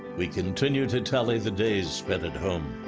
we continue to tally the days spent at home.